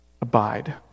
Abide